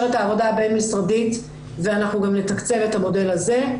את העבודה הבין משרדית ואנחנו גם נתקצב את המודל הזה.